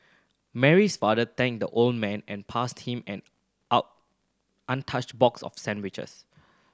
Mary's father thanked the old man and passed him an out untouched box of sandwiches